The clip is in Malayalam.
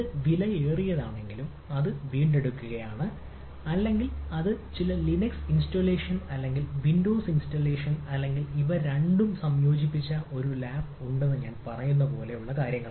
ഇത് വിലയേറിയതാണെങ്കിലും അത് വീണ്ടെടുക്കുകയാണ് അല്ലെങ്കിൽ അത് ചില ലിനക്സ് ഇൻസ്റ്റാളേഷൻ അല്ലെങ്കിൽ ഇവ രണ്ടും സംയോജിപ്പിച്ച ഒരു ലാപ്പ് ഉണ്ടെന്ന് ഞാൻ പറയുന്നത് പോലുള്ള കാര്യങ്ങൾ